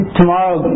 tomorrow